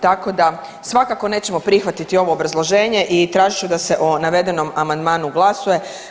Tako da svakako nećemo prihvatit ovo obrazloženje i tražit ću da se o navedenom amandmanu glasuje.